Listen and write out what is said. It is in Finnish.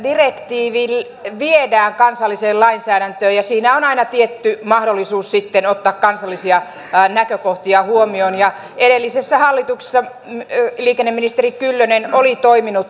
direktiivi viedään kansalliseen lainsäädäntöön ja siinä on aina tietty mahdollisuus sitten ottaa kansallisia näkökohtia huomioon ja edellisessä hallituksessa liikenneministeri kyllönen oli toiminut juuri näin